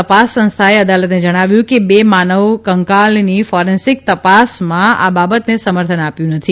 તપાસ સંસ્થાએ અદાલતને જણાવ્યું કે બે માનવ કંકાલની ફોરેન્સિક તપાસમાં આ બાબતને સમર્થન આપ્યું નથી